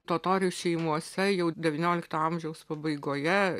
totorių šeimose jau devyniolikto amžiaus pabaigoje